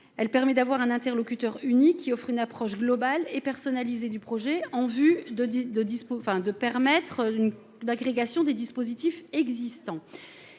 Elle permet d'avoir un interlocuteur unique, qui offre une approche globale et personnalisée du projet en vue de permettre une agrégation des dispositifs existants.